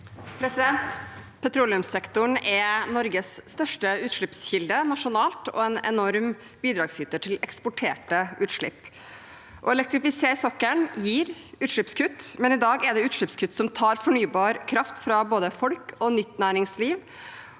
Petroleumssekto- ren er Norges største utslippskilde nasjonalt og en enorm bidragsyter til eksporterte utslipp. Å elektrifisere sokkelen gir utslippskutt, men i dag er det utslippskutt som tar fornybar kraft fra både folk og nytt næringsliv,